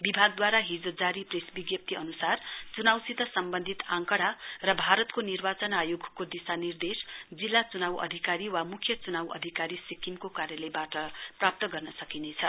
विभागद्वारा हिजो जारी प्रेस विजप्ती अनुसार चुनाउसित सम्वन्धित आंकड़ा र भारतको निर्वाचन आयोगको दिशा निर्देश जिल्ला चुनाउ अधिकारी वा मुख्य चुनाउ अधिकारी सिक्किमको कार्यालयबाट प्राप्त गर्न सकिनेछ